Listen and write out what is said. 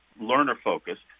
learner-focused